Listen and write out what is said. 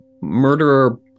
murderer